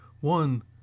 One